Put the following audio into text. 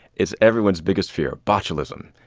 it's everyone's biggest fear botulism.